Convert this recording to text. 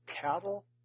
cattle